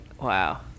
Wow